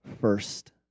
first